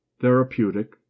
Therapeutic